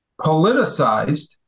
politicized